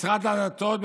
משרד הדתות,